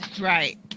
Right